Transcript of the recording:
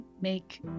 make